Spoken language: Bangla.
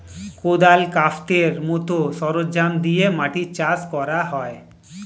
কোদাল, কাস্তের মত সরঞ্জাম দিয়ে মাটি চাষ করা হয়